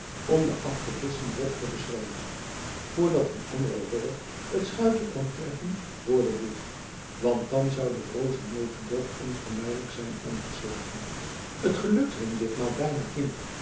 om de af te vissen bocht te beschrijven vrdat een andere roller het schuitje kwam treffen vr de boeg want dan zou de broze notedop onvermijdelijk zijn omgeslagen t gelukte hun ditmaal als bijna